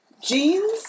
jeans